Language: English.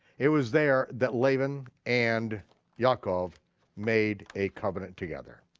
it was there that laban and yaakov made a covenant together.